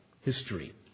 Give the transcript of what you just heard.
history